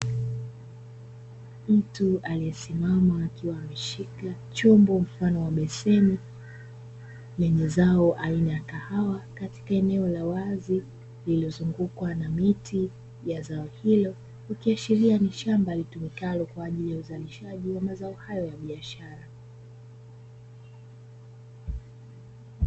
Mtu aliyesimama akiwa ameshika chombo mfano wa beseni lenye zao aina ya kahawa katika eneo la wazi, lililozungukwa na miti ya zao hilo, ikiashiria ni shamba litumikalo kwa ajili ya uzalishaji wa mazao hayo ya biashara.